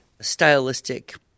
stylistic